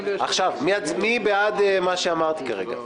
מי בעד מה שאמרתי כרגע?